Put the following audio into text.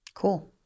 cool